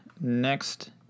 next